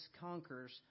conquers